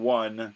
one